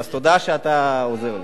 אז תודה שאתה עוזר לי.